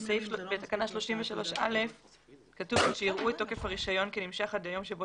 בתקנה 33א כתוב שיראו את תוקף הרישיון כנמשך עד היום שבו